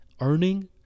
earning